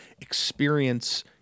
experience